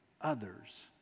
others